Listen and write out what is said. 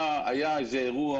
היה אירוע